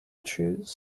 choose